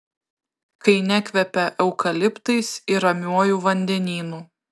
kai nekvepia eukaliptais ir ramiuoju vandenynu